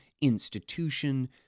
institution